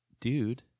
dude